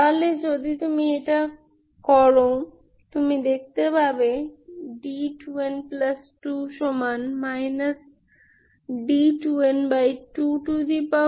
তাহলে যদি তুমি এটা করো এখন তুমি যা দেখবে d2n2 d2n2n1